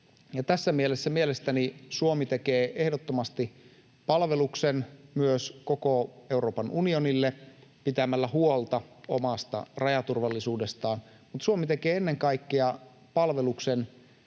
tässä mielessä Suomi mielestäni tekee ehdottomasti palveluksen myös koko Euroopan unionille pitämällä huolta omasta rajaturvallisuudestaan. Mutta Suomi tekee ennen kaikkea palveluksen